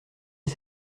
est